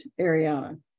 Ariana